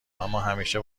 اماهمیشه